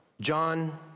John